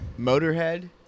Motorhead